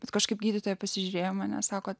bet kažkaip gydytoja pasižiūrėjo mane sako